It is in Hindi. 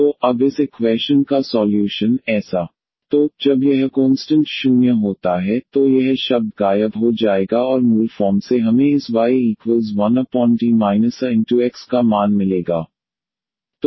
तो अब इस इक्वैशन का सॉल्यूशन ऐसा ⟹yeaxXe axdxCeax तो जब यह कोंस्टंट 0 होता है तो यह शब्द गायब हो जाएगा और मूल फॉर्म से हमें इस 1D aXy का मान मिलेगा